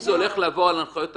אם זה יבוא על הנחיות אח"מ,